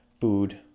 food